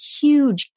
Huge